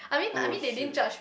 oh !shit!